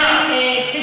על מה את מדברת?